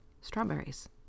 strawberries